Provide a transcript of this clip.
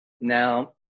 Now